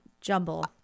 jumble